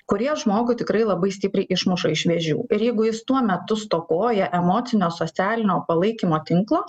kurie žmogų tikrai labai stipriai išmuša iš vėžių ir jeigu jis tuo metu stokoja emocinio socialinio palaikymo tinklo